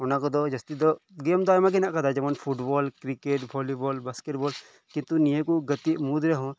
ᱚᱱᱟ ᱠᱚᱫᱚ ᱡᱟᱥᱛᱤ ᱫᱚ ᱜᱮᱹᱢ ᱫᱚ ᱟᱭᱢᱟ ᱜᱮ ᱦᱮᱱᱟᱜ ᱟᱠᱟᱫᱟ ᱡᱮᱢᱚᱱ football cricket volleyball basketball ᱠᱤᱱᱛᱩ ᱱᱤᱭᱟᱹ ᱠᱚ ᱜᱟᱛᱮᱜ ᱢᱩᱫᱽ ᱨᱮᱦᱚᱸ